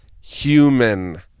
human